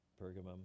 Pergamum